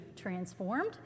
transformed